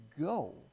go